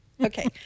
Okay